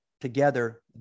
together